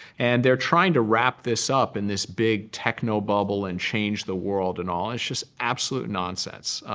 and they're trying to wrap this up in this big techno bubble and change the world and all. it's just absolute nonsense.